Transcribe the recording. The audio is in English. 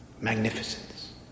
Magnificence